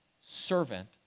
servant